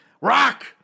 Rock